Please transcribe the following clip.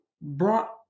brought